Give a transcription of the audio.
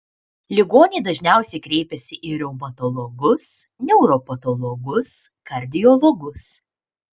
ligoniai dažniausiai kreipiasi į reumatologus neuropatologus kardiologus